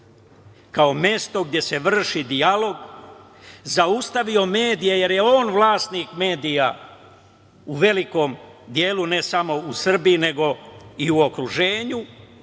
kao mesto gde se vrši dijalog, zaustavio medije jer je on vlasnik medija u velikom delu, ne samo u Srbiji, nego i u okruženju,